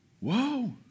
Whoa